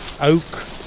oak